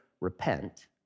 repent